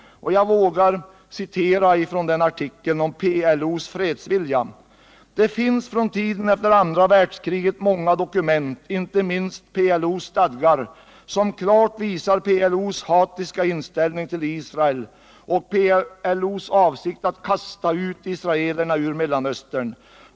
Jag tar mig friheten att ur den artikeln citera ett stycke om PLO:s ”fredsvilja”: ”Det finns från tiden efter andra världskriget många dokument — inte minst PLO:s stadgar — som klart visar PLO:s hatiska inställning till Israel och PLO:s avsikt att ”kasta ut” israelerna ur Mellanöstern.